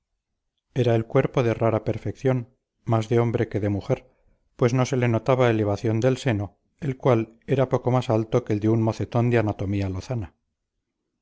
era el cuerpo de rara perfección más de hombre que de mujer pues no se le notaba elevación del seno el cual era poco más alto que el de un mocetón de anatomía lozana